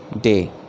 day